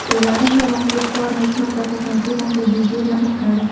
កីឡារាំត្រូវបានគេស្គាល់នៅក្នុងប្រទេសកម្ពុជាតាំងពីយូរយារណាស់មកហើយ។